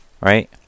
right